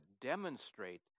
demonstrate